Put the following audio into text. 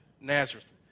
Nazareth